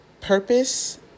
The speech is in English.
Purpose